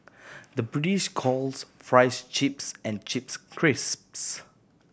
the British calls fries chips and chips crisps